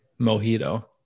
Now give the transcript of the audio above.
mojito